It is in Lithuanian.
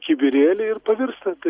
kibirėliai ir pavirsta tai